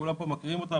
וכולם פה מכירים אותה,